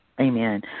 Amen